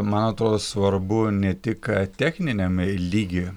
man atrodo svarbu ne tik techniniame lygyje